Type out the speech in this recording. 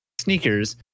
sneakers